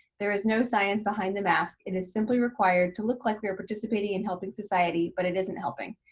there is no science behind the mask, it is simply required to look like we are participating in helping society, but it isn't helping.